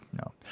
no